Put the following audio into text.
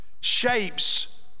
shapes